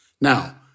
Now